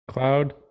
cloud